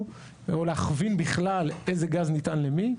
או להכווין בכלל איזה גז ניתן למי,